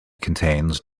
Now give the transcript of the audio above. contains